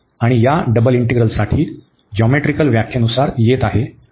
आणि या डबल इंटीग्रलसाठी जोमेट्रिकल व्याख्येनुसार येत आहे